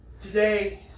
Today